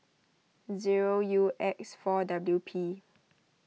zero U X four W P